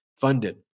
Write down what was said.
funded